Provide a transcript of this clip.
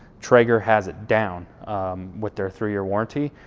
traeger has it down with their three year warranty,